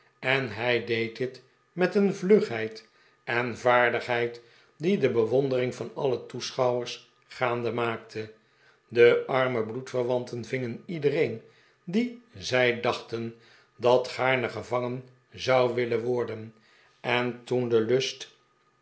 en hij deed dit met een vlugheid en vaardigheid die de bewondering van alle toeschouwers gaande maakte de arme bloedverwanten vingen iedereen dien zij dachten dat gaarne gevangen zou willen worden en toen de lust